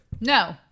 No